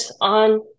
on